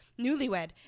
newlywed